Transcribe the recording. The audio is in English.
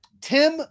Tim